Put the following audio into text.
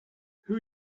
who